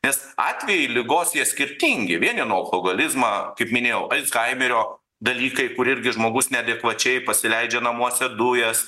nes atvejai ligos jie skirtingi vieni nuo alkoholizmo kaip minėjau alzheimerio dalykai kur irgi žmogus neadekvačiai pasileidžia namuose dujas